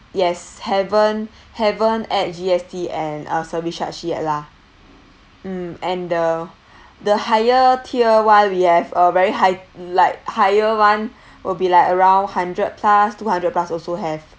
yes haven't haven't add G_S_T and uh service charge yet lah mm and the the higher tier [one] we have a very high like higher [one] will be like around hundred plus two hundred plus also have